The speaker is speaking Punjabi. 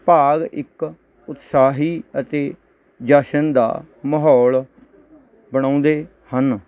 ਭਾਗ ਇੱਕ ਉਤਸਾਹੀ ਅਤੇ ਜਸ਼ਨ ਦਾ ਮਾਹੌਲ ਬਣਾਉਂਦੇ ਹਨ